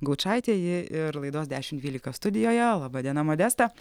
gaučaitė ji ir laidos dešimt dvylika studijoje laba diena modesta